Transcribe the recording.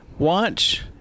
Watch